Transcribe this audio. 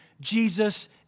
Jesus